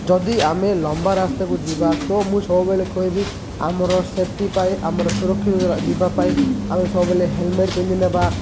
ଯଦି ଆମେ ଲମ୍ବା ରାସ୍ତାକୁ ଯିବା ତ ମୁଁ ସବୁବେଳେ କହିବି ଆମର ସେଫ୍ଟି ପାଇଁ ଆମର ସୁରକ୍ଷିତ ଯିବା ପାଇଁ ଆମେ ସବୁବେଳେ ହେଲମେଟ୍ ପିନ୍ଧି ନେବା